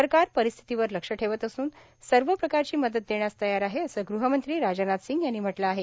सरकार परिस्थितीवर लक्ष ठेवत असून सर्व प्रकारची मदत देण्यास तयार आहे असं गृहमंत्री राजनाथ सिंग यांनी म्हटलं आहे